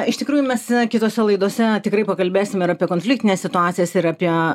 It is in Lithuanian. iš tikrųjų mes na kitose laidose tikrai pakalbėsim ir apie konfliktines situacijas ir apie